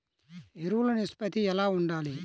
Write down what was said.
ఎరువులు నిష్పత్తి ఎలా ఉండాలి?